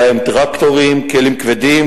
ובהם טרקטורים וכלים כבדים,